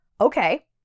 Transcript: Okay